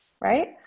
right